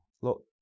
look